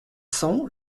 cents